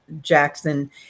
Jackson